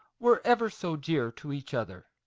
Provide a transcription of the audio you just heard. were ever so dear to each other.